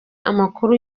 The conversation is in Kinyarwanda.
amakuru